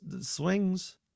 swings